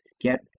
get